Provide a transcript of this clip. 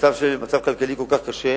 במצב הכלכלי הכל-כך קשה,